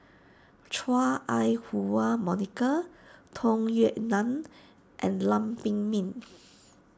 Chua Ai Huwa Monica Tung Yue Nang and Lam Pin Min